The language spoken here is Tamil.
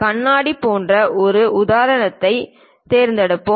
கண்ணாடி போன்ற ஒரு உதாரணத்தைத் தேர்ந்தெடுப்போம்